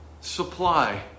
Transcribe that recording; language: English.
supply